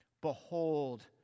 Behold